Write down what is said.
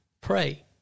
pray